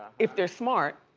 if they're smart,